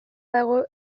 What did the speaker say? dago